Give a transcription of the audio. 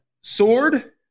sword